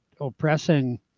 oppressing